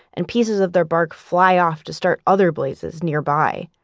and pieces of their bark fly off to start other blazes nearby.